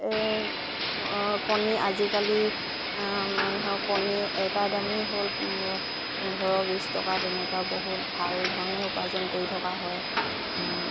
এই কণী আজিকালি মানুহৰ কণীৰ এটা দামেই হ'ল পোন্ধৰ বিছ টকা তেনেকুৱা বহুত ভালধৰণে উপাৰ্জন কৰি থকা হয়